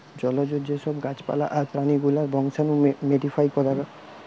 জলজ যে সব গাছ পালা আর প্রাণী গুলার বংশাণু মোডিফাই করা